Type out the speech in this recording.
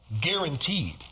Guaranteed